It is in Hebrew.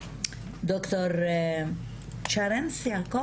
לד"ר צ'רנס יעקב.